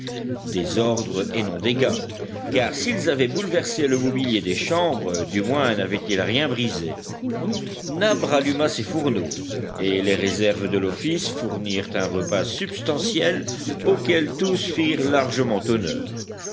désordre et non dégât car s'ils avaient bouleversé le mobilier des chambres du moins n'avaient-ils rien brisé nab ralluma ses fourneaux et les réserves de l'office fournirent un repas substantiel auquel tous firent largement honneur